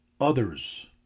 others